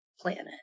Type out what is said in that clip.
planet